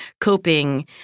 coping